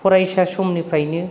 फरायसा समनिफ्रायनो